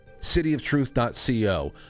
Cityoftruth.co